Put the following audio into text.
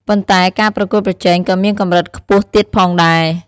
ប៉ុន្តែការប្រកួតប្រជែងក៏មានកម្រិតខ្ពស់ទៀតផងដែរ។